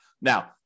Now